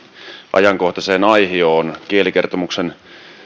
ajankohtaiseen aihioon kielikertomuksen